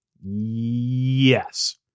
Yes